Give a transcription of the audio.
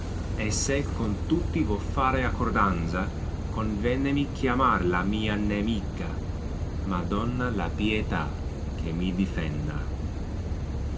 e se con tatti to fare accordansa contenemi chiamar la mia nemiea madonna la pietà che mi difenda